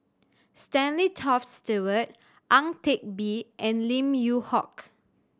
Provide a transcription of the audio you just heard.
Stanley Toft Stewart Ang Teck Bee and Lim Yew Hock